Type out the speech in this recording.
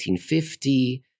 1950